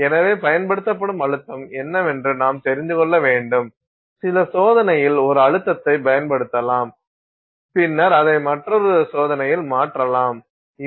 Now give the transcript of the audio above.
எனவே பயன்படுத்தப்படும் அழுத்தம் என்னவென்று நாம் தெரிந்து கொள்ள வேண்டும் சில சோதனையில் ஒரு அழுத்தத்தைப் பயன்படுத்தலாம் பின்னர் அதை மற்றொரு சோதனையில் மாற்றலாம் மற்றும் பல